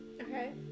okay